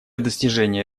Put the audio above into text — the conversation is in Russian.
достижения